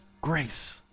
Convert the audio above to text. grace